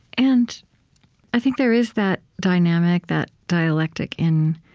and i think there is that dynamic, that dialectic, in